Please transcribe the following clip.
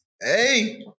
Hey